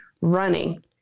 running